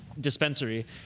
dispensary